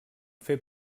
fer